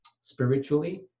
Spiritually